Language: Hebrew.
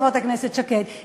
חברת הכנסת שקד,